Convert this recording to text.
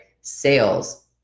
sales